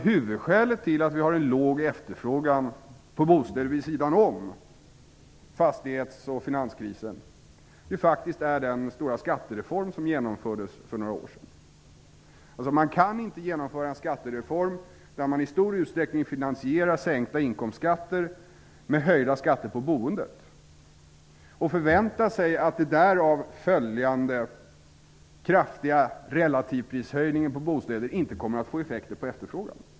Huvudskälet till att vi har en låg efterfrågan på bostäder vid sidan om fastighetsoch finanskrisen är den stora skattereform som genomfördes för några år sedan. Man kan inte genomföra en skattereform där man i stor utsträckning finansierar sänkta inkomstskatter med höjda skatter på boendet och förvänta sig att den kraftiga relativprishöjning på bostäder som blir följden av detta inte kommer att få effekter på efterfrågan.